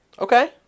Okay